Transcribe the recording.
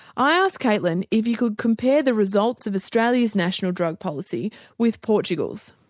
i asked caitlin if you could compare the results of australia's national drug policy with portugal's.